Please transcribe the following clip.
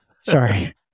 Sorry